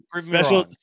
Special